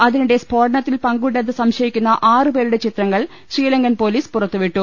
അതിനിടെ സ്ഫോടനത്തിൽ പങ്കുണ്ടെന്ന് സംശയിക്കുന്ന ആറുപേരുടെ ചിത്രങ്ങൾ ശ്രീലങ്കൻ പൊലീസ് പുറത്തുവിട്ടു